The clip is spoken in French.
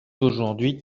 aujourd’hui